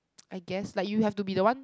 I guess like you have to be the one